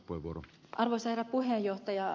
harmi että ed